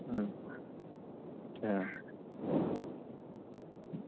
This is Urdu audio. ہاں اچھا